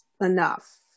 enough